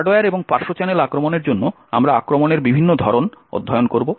hardware এবং পার্শ্ব channel আক্রমণের জন্য আমরা আক্রমণের বিভিন্ন ধরন অধ্যয়ন করব